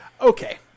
Okay